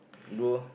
though